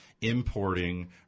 importing